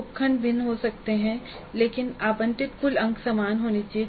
उपखंड भिन्न हो सकता है लेकिन आवंटित कुल अंक समान होने चाहिए